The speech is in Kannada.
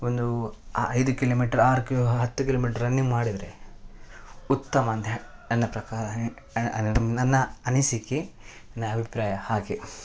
ಒಂದು ಐದು ಕಿಲೋಮೀಟ್ರ್ ಆರು ಹತ್ತು ಕಿಲೋಮೀಟ್ರ್ ರನ್ನಿಂಗ್ ಮಾಡಿದರೆ ಉತ್ತಮ ಅಂತ ಹೆ ನನ್ನ ಪ್ರಕಾರ ನನ್ನ ಅನಿಸಿಕೆ ನನ್ನ ಅಭಿಪ್ರಾಯ ಹಾಗೆ